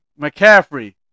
McCaffrey